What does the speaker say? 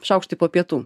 šaukštai po pietų